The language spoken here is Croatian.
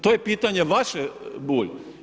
To je pitanje vaše, Bulj.